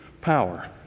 power